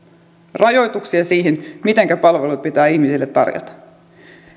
rajoituksia siihen mitenkä palvelut pitää ihmisille tarjota